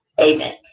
Amen